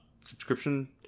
subscription